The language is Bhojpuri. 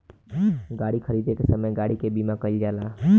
गाड़ी खरीदे के समय गाड़ी के बीमा कईल जाला